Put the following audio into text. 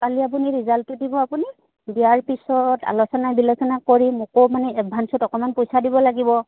কালি আপুনি ৰিজাল্টটো দিব আপুনি দিয়াৰ পিছত আলোচনা বিলোচনা কৰি মোকো মানে এডভান্সত অকণমান পইচা দিব লাগিব